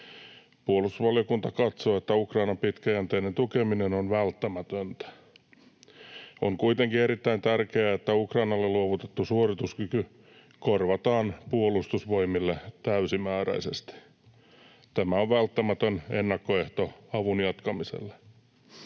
Puolustusvaliokunta katsoo, että Ukrainan pitkäjänteinen tukeminen on välttämätöntä. On kuitenkin erittäin tärkeää, että Ukrainalle luovutettu suorituskyky korvataan puolustusvoimille täysimääräisesti. Tämä on välttämätön ennakkoehto avun jatkamiselle.